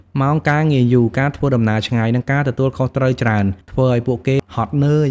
ម៉ោងការងារយូរ ការធ្វើដំណើរឆ្ងាយ និងការទទួលខុសត្រូវច្រើន ធ្វើឱ្យពួកគេហត់នឿយ ។